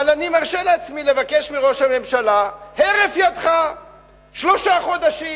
אבל אני מרשה לעצמי לבקש מראש הממשלה: הרף ידך שלושה חודשים.